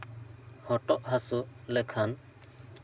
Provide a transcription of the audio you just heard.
ᱦᱚᱴᱚᱜ ᱦᱟᱹᱥᱩ ᱞᱮᱠᱷᱟᱱ